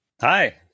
Hi